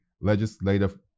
legislative